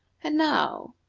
and now,